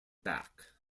back